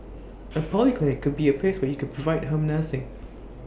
A polyclinic could be A place where you could provide home nursing